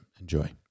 enjoy